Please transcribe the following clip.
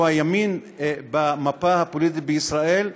שהוא הימין במפה הפוליטית בישראל,